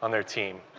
on their team.